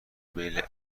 بین